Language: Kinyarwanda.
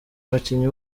abakinnyi